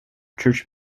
church